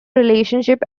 relationship